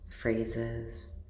phrases